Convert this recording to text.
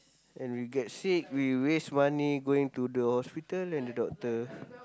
and we get sick we waste money going to the hospital and the doctor